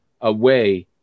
away